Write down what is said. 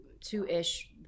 two-ish